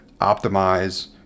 optimize